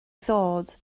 ddod